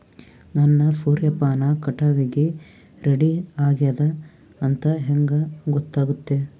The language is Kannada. ನನ್ನ ಸೂರ್ಯಪಾನ ಕಟಾವಿಗೆ ರೆಡಿ ಆಗೇದ ಅಂತ ಹೆಂಗ ಗೊತ್ತಾಗುತ್ತೆ?